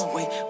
Wait